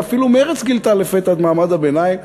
ואפילו מרצ גילתה לפתע את מעמד הביניים.